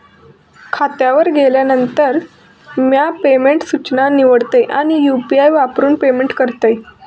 खात्यावर गेल्यानंतर, म्या पेमेंट सूचना निवडतय आणि यू.पी.आई वापरून पेमेंट करतय